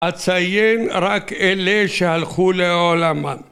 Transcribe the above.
אציין רק אלה שהלכו לעולמם.